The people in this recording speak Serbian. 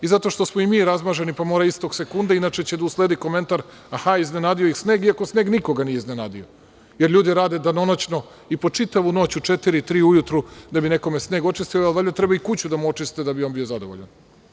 I zato što smo i mi razmaženi, pa mora istog sekunda inače će da usledi komentar – aha, iznenadio ih sneg, iako sneg nikoga nije iznenadio, jer ljudi rade danonoćno i po čitavu noć u četiri, tri ujutru da bi nekome sneg očistili, a valjda treba i kuću da mu očiste da bi on bio zadovoljan.